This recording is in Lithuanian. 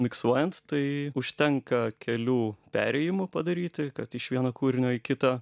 miksuojant tai užtenka kelių perėjimų padaryti kad iš vieno kūrinio į kitą